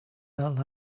that